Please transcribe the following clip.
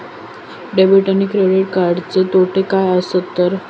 Debit आणि credit कार्डचे तोटे काय आसत तर?